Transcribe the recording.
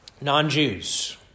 Non-Jews